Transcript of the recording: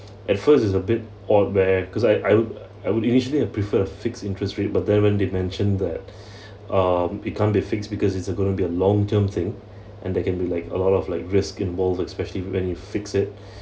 at first it's a bit odd where because I I would I would initially uh prefer fixed interest rate but there when they mentioned that um it can't be fixed because it's going to be a long term thing and there can be like a lot of like risk involved especially when you fix it